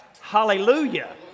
Hallelujah